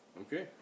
Okay